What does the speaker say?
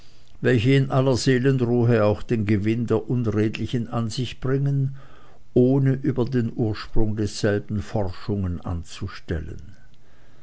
welche in aller seelenruhe auch den gewinn der unredlichen an sich bringen ohne über den ursprung desselben forschungen anzustellen